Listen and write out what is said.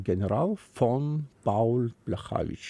general fon paul plechavič